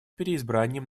переизбранием